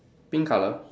pink colour